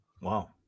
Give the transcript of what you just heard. Wow